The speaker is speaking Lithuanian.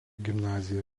gimnaziją